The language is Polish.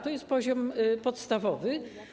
To jest poziom podstawowy.